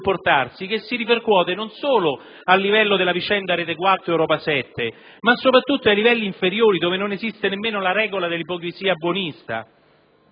che si ripercuote non solo a livello della vicenda Retequattro-Europa 7, ma sopratutto ai livelli inferiori, dove non esiste nemmeno la regola dell'ipocrisia buonista.